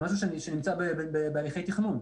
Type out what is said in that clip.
זה משהו שנמצא בהליכי תכנון.